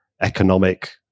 economic